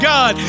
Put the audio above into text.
God